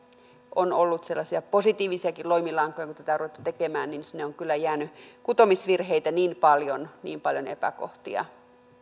on ollut sellaisia positiivisiakin loimilankoja kun tätä on ruvettu tekemään mutta sinne on kyllä jäänyt kutomisvirheitä niin paljon niin paljon epäkohtia